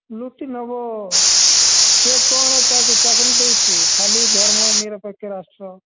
ଲୁଟି ନେବ ସେ କ'ଣ କାହାକୁ ଚାକିରୀ ଦଉଚି ଖାଲି ଧର୍ମ ନିରକ୍ଷେପ ରାଷ୍ଟ୍ର